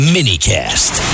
Minicast